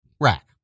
rack